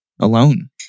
alone